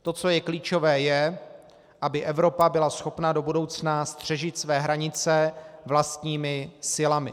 To, co je klíčové, je, aby Evropa byla schopna do budoucna střežit své hranice vlastními silami.